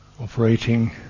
operating